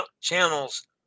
channels